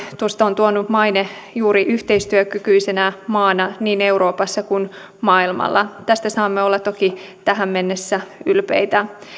kunnioitusta on tuonut maine juuri yhteistyökykyisenä maana niin euroopassa kuin maailmalla tästä olemme saaneet olla toki tähän mennessä ylpeitä